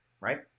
right